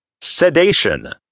Sedation